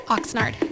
Oxnard